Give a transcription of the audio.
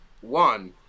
one